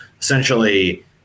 Essentially